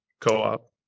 Co-op